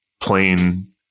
plain